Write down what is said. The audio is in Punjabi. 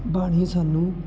ਬਾਣੀ ਸਾਨੂੰ